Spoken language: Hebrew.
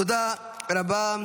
תודה רבה.